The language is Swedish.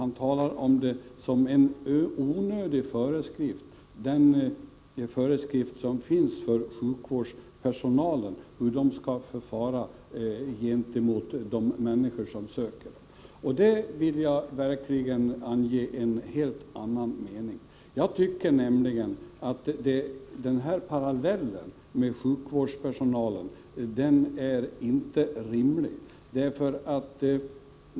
Han talar om den föreskrift som finns om hur sjukvårdspersonalen skall förfara gentemot de människor som söker vård som om föreskriften vore onödig. Här vill jag verkligen anmäla en helt annan mening. Jag tycker nämligen att parallellen med sjukvårdspersonalen inte är rimlig.